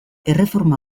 erreforma